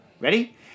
ready